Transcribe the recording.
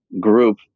group